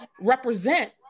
represent